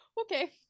okay